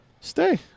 Stay